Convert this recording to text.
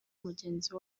mugenzi